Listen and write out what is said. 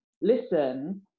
listen